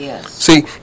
See